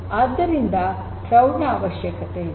ಆದ್ದರಿಂದ ಕ್ಲೌಡ್ ನ ಅವಶ್ಯಕತೆ ಇದೆ